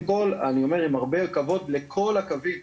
אני אומר עם הרבה כבוד לכל הקווים,